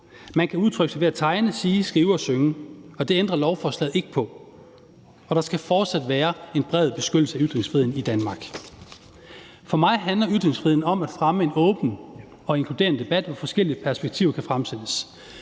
Man kan udtrykke sig ved at tegne, sige, skrive og synge, og det ændrer lovforslaget ikke på, og der skal fortsat være en bred beskyttelse af ytringsfriheden i Danmark. For mig handler ytringsfriheden om at fremme en åben og inkluderende debat, hvor forskellige perspektiver kan fremsættes.